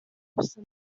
ubusa